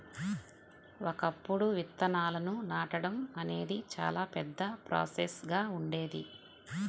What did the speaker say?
ఒకప్పుడు విత్తనాలను నాటడం అనేది చాలా పెద్ద ప్రాసెస్ గా ఉండేది